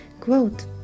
Quote